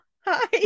hi